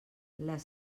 les